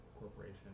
corporation